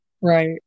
Right